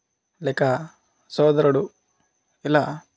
లేక సోదరుడు ఇలా